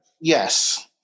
Yes